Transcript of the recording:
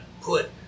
put